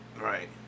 Right